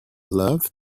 love